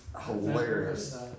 hilarious